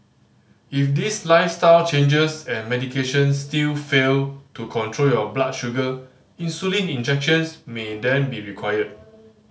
if these lifestyle changes and medication still fail to control your blood sugar insulin injections may then be required